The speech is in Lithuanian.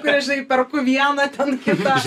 kuria žinai perku vieną ten kitą